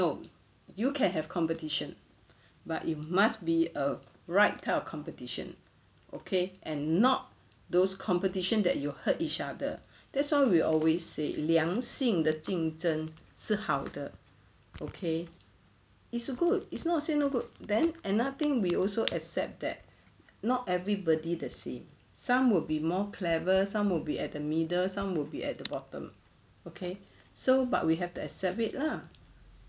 no you can have competition but it must be a right type of competition okay and not those competition that you hurt each other that's why we always say 良性的竞争是好的 okay it's a good it's not say no good then and another thing we also accept that not everybody the same some will be more clever some will be at the middle some will be at the bottom okay so but we have to accept it lah